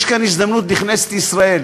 יש כאן הזדמנות לכנסת ישראל